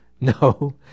No